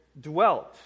dwelt